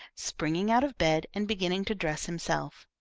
springing out of bed and beginning to dress himself.